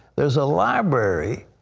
there is a library,